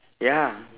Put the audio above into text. ya